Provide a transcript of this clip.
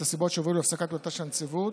הסיבות שהובילו להפסקת פעילותה של הנציבות.